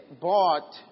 bought